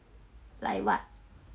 like what